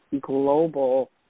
global